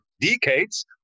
decades